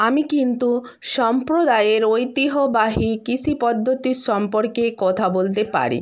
আমি কিন্তু সম্প্রদায়ের ঐতিহ্যবাহী কৃষি পদ্ধতি সম্পর্কে কথা বলতে পারি